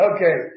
Okay